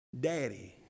daddy